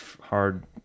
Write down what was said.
hard